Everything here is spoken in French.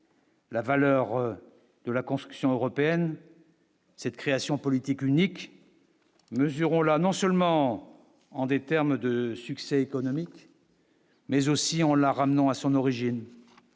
La valeur de la construction européenne. Cette création politique unique mesurons la non seulement en des termes de succès économique. Mais aussi en la ramenant à son origine,